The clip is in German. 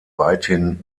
weithin